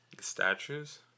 statues